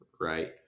right